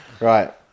Right